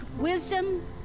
wisdom